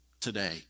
today